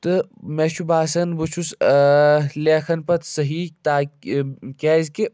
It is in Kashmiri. تہٕ مےٚ چھُ باسان بہٕ چھُس لیکھان پَتہٕ صحیح تاکہ کیٛازِکہِ